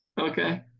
Okay